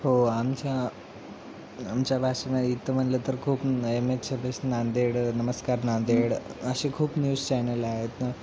हो आमच्या आमच्या भाषेमध्ये इथं म्हणलं तर खूप एम एच सव्वीस नांदेड नमस्कार नांदेड असे खूप न्यूज चॅनल आहेत